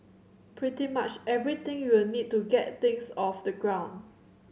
pretty much everything you will need to get things off the ground